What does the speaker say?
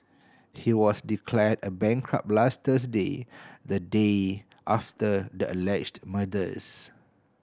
he was declared a bankrupt last Thursday the day after the alleged murders